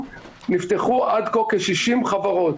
נפתחו עד כה כ-60 חברות,